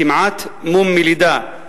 כמעט מום מלידה,